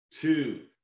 two